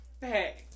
hey